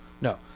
No